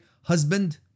husband